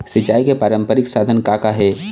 सिचाई के पारंपरिक साधन का का हे?